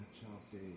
Chelsea